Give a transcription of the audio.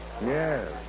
Yes